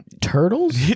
Turtles